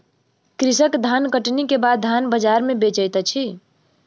कृषक धानकटनी के बाद धान बजार में बेचैत अछि